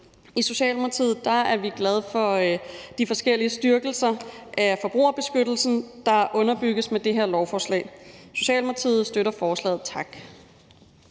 I Socialdemokratiet er vi glade for de forskellige styrkelser af forbrugerbeskyttelsen, der underbygges med det her lovforslag. Socialdemokratiet støtter forslaget. Tak.